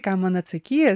ką man atsakys